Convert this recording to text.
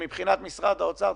לשיטת משרד האוצר,